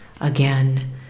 again